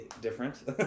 different